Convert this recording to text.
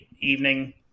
evening